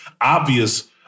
obvious